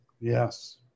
Yes